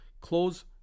close